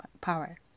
power